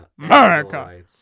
America